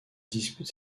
dispute